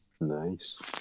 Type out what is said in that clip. Nice